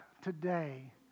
today